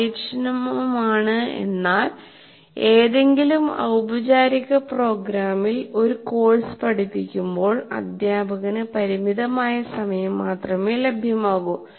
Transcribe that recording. കാര്യക്ഷമമാണ് എന്നാൽ ഏതെങ്കിലും ഔപചാരിക പ്രോഗ്രാമിൽ ഒരു കോഴ്സ് പഠിപ്പിക്കുമ്പോൾ അധ്യാപകന് പരിമിതമായ സമയം മാത്രമേ ലഭ്യമാകൂ